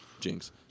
jinx